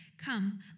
Come